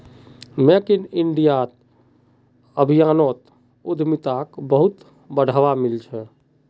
make in India अभियानोत उद्यमिताक बहुत बढ़ावा मिल छ